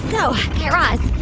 so, guy raz,